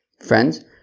Friends